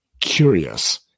curious